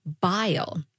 bile